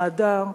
ההדר,